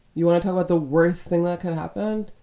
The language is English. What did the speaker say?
you want to tell what the worst thing that could happen?